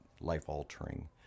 life-altering